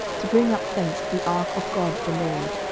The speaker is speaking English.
to bring up thence the ark of god the lord,